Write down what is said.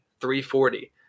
340